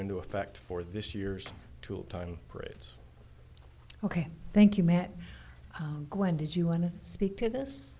into effect for this year's tool time greats ok thank you matt when did you want to speak to this